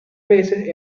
veces